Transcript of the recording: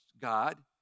God